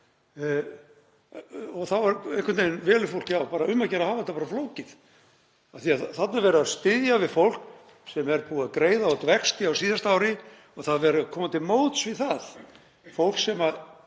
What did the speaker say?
Og þá einhvern veginn velur fólk: Já, bara um að gera að hafa þetta bara flókið. Þarna er verið að styðja við fólk sem er búið að greiða út vexti á síðasta ári og verið að koma til móts við það. Fólk sem